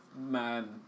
Man